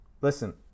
listen